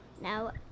now